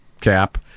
cap